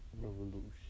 Revolution